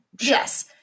Yes